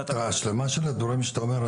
--- ההשלמה של הדברים שאתה אומר,